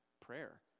prayer